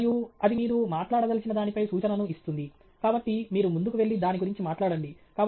మరియు అది మీరు మాట్లాడదలచిన దానిపై సూచనను ఇస్తుంది కాబట్టి మీరు ముందుకు వెళ్లి దాని గురించి మాట్లాడండి